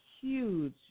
huge